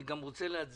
אני גם רוצה להצביע,